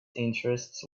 interest